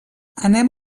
anem